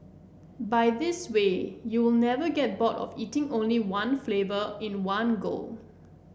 by this way you will never get bored of eating only one flavour in one go